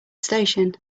station